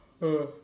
ah